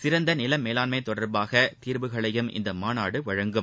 சிறந்த நில மேவாண்மை தொடர்பாக தீர்வுகளையும் இந்த மாநாடு வழங்கும்